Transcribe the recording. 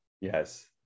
Yes